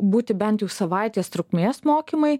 būti bent jau savaitės trukmės mokymai